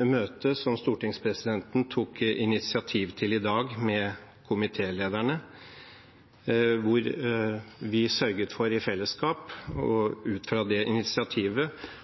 møtet med komitélederne som stortingspresidenten tok initiativ til i dag, hvor vi, ut ifra det initiativet, i fellesskap sørget for